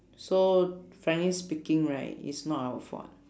so frankly speaking right it's not our fault